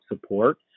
support